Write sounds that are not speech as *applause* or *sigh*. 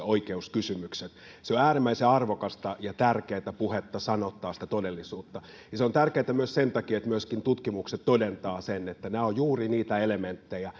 *unintelligible* oikeuskysymykset on äärimmäisen arvokasta ja tärkeää puhetta sanoittaa sitä todellisuutta se on tärkeää myös sen takia että myöskin tutkimukset todentavat että nämä ovat juuri niitä elementtejä *unintelligible*